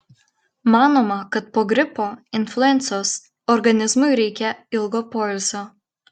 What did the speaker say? manoma kad po gripo influencos organizmui reikia ilgo poilsio